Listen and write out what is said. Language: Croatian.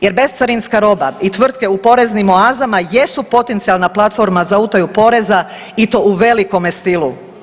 Jer bescarinska roba i tvrtke u poreznim oazama jesu potencijalna platforma za utaju poreza i to u velikome stilu.